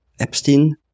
Epstein